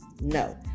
No